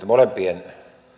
molempien